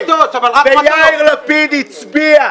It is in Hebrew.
יאיר לפיד הצביע,